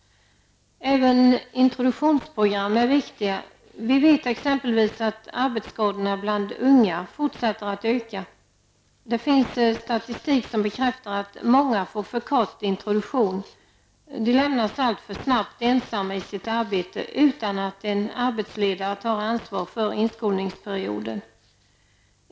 Även introduktionsprogram är viktiga. Vi vet exempelvis att arbetsskadorna bland unga fortsätter att öka. Det finns statistik som bekräftar att många får för kort introduktion och allför snabbt lämnas ensamma i sitt arbete utan att en arbetsledare tar ansvar för inskolningsperioden.